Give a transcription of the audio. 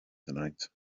tonight